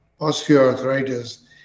osteoarthritis